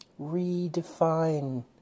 redefine